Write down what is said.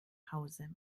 hause